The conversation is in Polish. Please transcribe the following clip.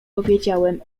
powiedziałem